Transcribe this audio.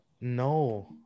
No